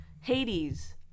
Hades